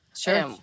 Sure